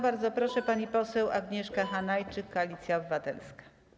Bardzo proszę, pani poseł Agnieszka Hanajczyk, Koalicja Obywatelska.